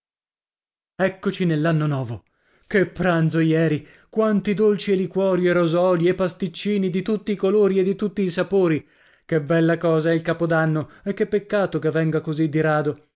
eccoci nell'anno novo che pranzo ieri quanti dolci e liquori e rosolii e pasticcini di tutti i colori e di tutti i sapori che bella cosa è il capodanno e che peccato che venga così di rado